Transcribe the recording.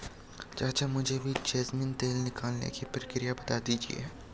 चाचा मुझे भी जैस्मिन तेल निकालने की प्रक्रिया बता दीजिए